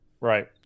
Right